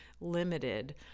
limited